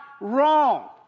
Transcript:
wrong